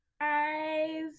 guys